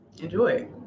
Enjoy